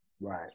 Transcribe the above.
Right